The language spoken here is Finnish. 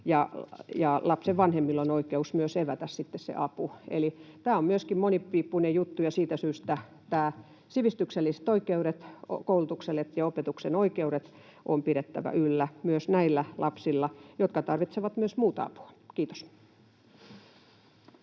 ja lapsen vanhemmilla on oikeus myös evätä se apu. Eli tämä on myöskin monipiippuinen juttu, ja siitä syystä sivistykselliset oikeudet koulutukseen ja opetuksen oikeudet on pidettävä yllä myös näillä lapsilla, jotka tarvitsevat myös muuta apua. — Kiitos.